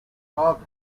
robbed